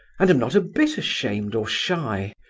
and am not a bit ashamed or shy.